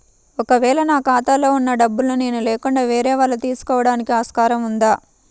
ఒక వేళ నా ఖాతాలో వున్న డబ్బులను నేను లేకుండా వేరే వాళ్ళు తీసుకోవడానికి ఆస్కారం ఉందా?